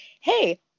hey